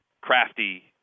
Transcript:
crafty